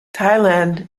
thailand